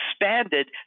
expanded